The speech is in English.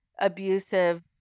abusive